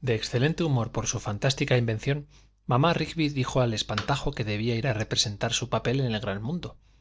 de excelente humor por su fantástica invención mamá rigby dijo al espantajo que debía ir a representar su papel en el gran mundo